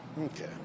Okay